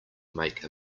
make